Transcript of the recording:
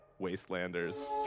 wastelanders